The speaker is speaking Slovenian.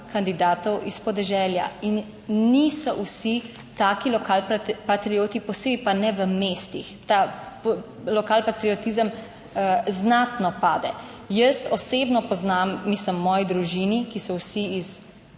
kandidatov iz podeželja in niso vsi taki lokalpatrioti, posebej pa ne v mestih, ta lokalpatriotizem znatno pade. Jaz osebno poznam, mislim v moji družini, ki so vsi iz